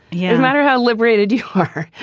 yeah no matter how liberated her,